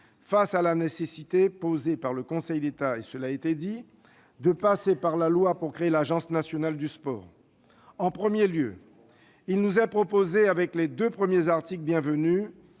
face à la nécessité posée par le Conseil d'État de passer par la loi pour créer l'Agence nationale du sport. Tout d'abord, il nous est proposé, avec deux premiers articles bienvenus,